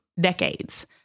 decades